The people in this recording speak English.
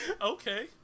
Okay